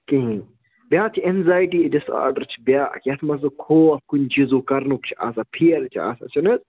کِہیٖنۍ بیٛاکھ چھِ اینزایٹی ڈِس آرڈَر چھِ بیٛاکھ یَتھ منٛز خوف کُنہِ چیٖزُک کَرنُک چھُ آسان فیل چھُ آسان چھُنہٕ حظ